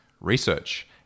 research